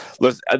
Listen